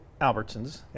Albertsons